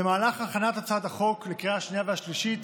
במהלך הכנת הצעת החוק לקריאה השנייה והשלישית